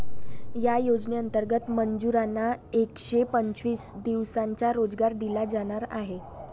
या योजनेंतर्गत मजुरांना एकशे पंचवीस दिवसांचा रोजगार दिला जाणार आहे